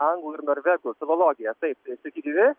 anglų ir norvegų filologiją taip sveiki gyvi